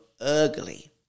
ugly